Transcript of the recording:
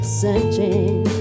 searching